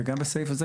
וגם בסעיף הזה,